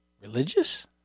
religious